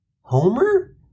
Homer